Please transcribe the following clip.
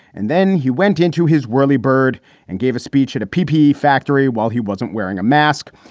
and then he went into his whirlybird and gave a speech at a peepy factory while he wasn't wearing a mask.